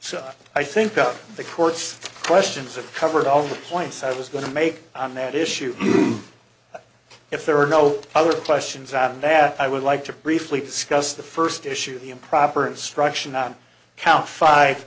so i think of the court's questions that covered all the points i was going to make on that issue if there are no other questions and that i would like to briefly discuss the first issue the improper instruction on count five